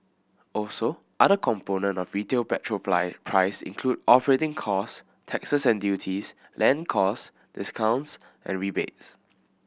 also other components of retail petrol price price include operating costs taxes and duties land costs discounts and rebates